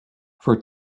for